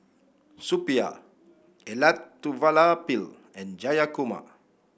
Suppiah Elattuvalapil and Jayakumar